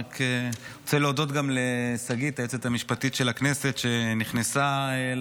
הודעה ליושב-ראש ועדת הכנסת, בבקשה.